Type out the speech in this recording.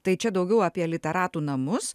tai čia daugiau apie literatų namus